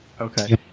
Okay